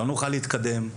לא נוכל להתקדם,